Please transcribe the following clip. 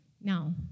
Now